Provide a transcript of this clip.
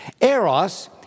Eros